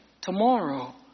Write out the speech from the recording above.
tomorrow